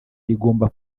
rigomba